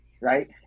Right